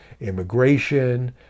immigration